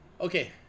okay